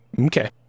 Okay